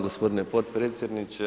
Gospodine potpredsjedniče!